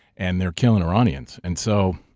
and they're killing iranians. and so,